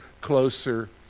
closer